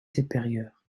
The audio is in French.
supérieur